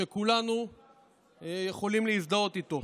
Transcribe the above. שכולנו יכולים להזדהות איתו.